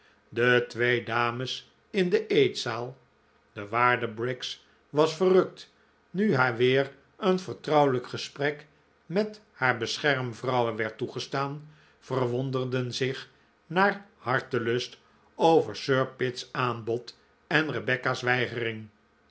de twee dames in de eetzaal de waarde briggs was verrukt nu haar weer een vertrouwelijk gesprek met haar beschermvrouwe werd toegestaan verwonderden zich naar hartelust over sir pitt's aanbod en rebecca's weigering